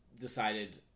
decided